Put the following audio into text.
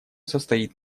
состоит